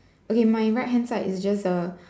okay my right hand side is just the